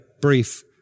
brief